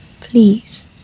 Please